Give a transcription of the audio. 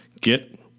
get